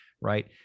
right